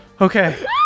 Okay